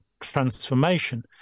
transformation